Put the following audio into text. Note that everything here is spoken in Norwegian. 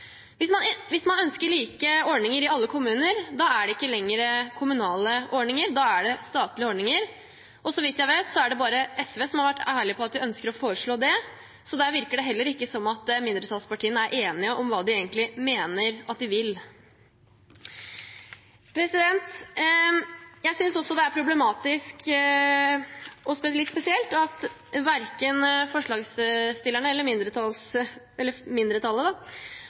Hvis man ønsker like ordninger i alle kommuner, er det ikke lenger kommunale ordninger, da er det statlige ordninger. Så vidt jeg vet, er det bare SV som har vært ærlig på at de ønsker å foreslå det, så der virker det heller ikke som om mindretallspartiene er enige om hva de egentlig mener at de vil. Jeg synes også det er problematisk og litt spesielt at verken forslagsstillerne eller